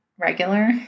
regular